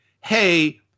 hey